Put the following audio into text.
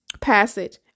passage